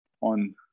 on